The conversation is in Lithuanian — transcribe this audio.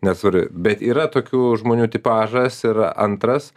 nesvari bet yra tokių žmonių tipažas ir antras